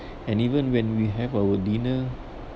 and even when we have our dinner